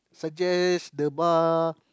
suggest the bar